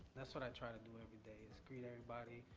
that's what i try to do everybody is greet everybody,